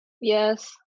Yes